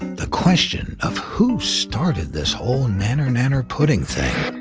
the question of who started this whole nanner nanner pudding thing.